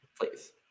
Please